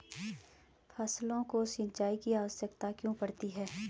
फसलों को सिंचाई की आवश्यकता क्यों पड़ती है?